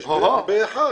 יש, בטח.